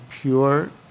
pure